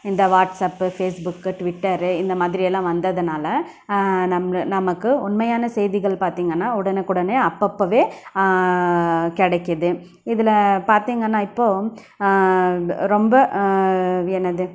இந்த WhatsApp Facebook Twitter இந்த மாதிரியெல்லாம் வந்ததினால நம்ள நமக்கு உண்மையான செய்திகள் பார்த்திங்கனா உடனுக்குடனே அப்பப்போவே கிடைக்கிது இதில் பார்த்திங்கனா இப்போது ரொம்ப என்னது